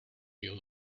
you